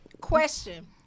question